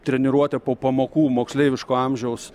treniruotę po pamokų moksleiviško amžiaus